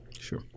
sure